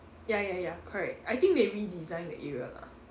ya ya ya correct I think they redesigned the area lah